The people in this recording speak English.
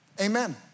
Amen